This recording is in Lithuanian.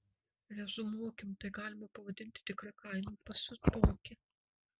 reziumuokim tai galima pavadinti tikra kainų pasiutpolke